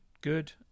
good